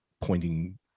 pointing